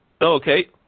Okay